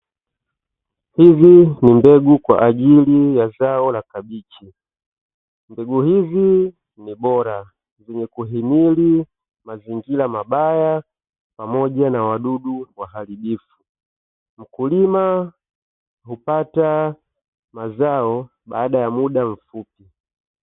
Hizi ni mbegu kwa ajili ya zao la kabichi. Mbegu hizi ni bora kwenye kuhimili mazingira mabaya pamoja na wadudu waharibifu. Mkulima hupata mazao baada ya muda mfupi.